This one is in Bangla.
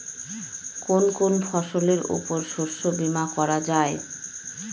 কোন কোন ফসলের উপর শস্য বীমা করা যায়?